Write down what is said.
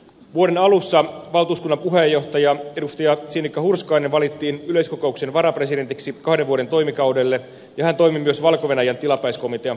vuoden alussa valtuuskunnan puheenjohtaja edustaja sinikka hurskainen valittiin yleiskokouksen varapresidentiksi kahden vuoden toimikaudelle ja hän toimi myös valko venäjän tilapäiskomitean puheenjohtajana